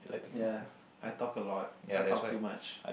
ya I talk a lot I talk too much